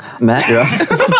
Matt